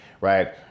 Right